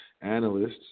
Analysts